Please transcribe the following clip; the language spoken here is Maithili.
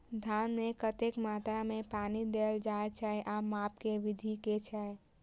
धान मे कतेक मात्रा मे पानि देल जाएँ छैय आ माप केँ विधि केँ छैय?